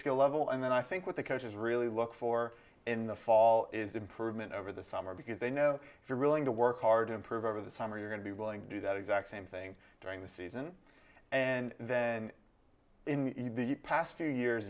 skill level and then i think what the coaches really look for in the fall is improvement over the summer because they know if you're willing to work hard to improve over the summer you're going to be willing to do that exact same thing during the season and then in the past few years